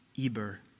Eber